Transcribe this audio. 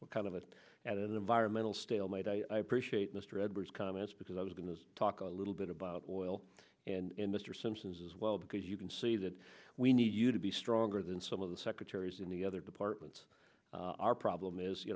what kind of it at an environmental stalemate i appreciate mr edwards comments because i was going to talk a little bit about oil and mr simpson's as well because you can see that we need you to be stronger than some of the secretaries in the other departments our problem is you